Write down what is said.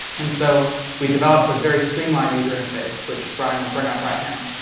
and so we developed a very streamlined user interface which brian will bring up right now.